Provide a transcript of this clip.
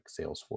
Salesforce